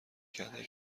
کرده